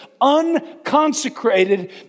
unconsecrated